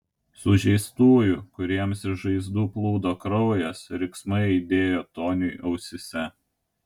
sužeistųjų kuriems iš žaizdų plūdo kraujas riksmai aidėjo toniui ausyse